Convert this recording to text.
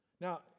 Now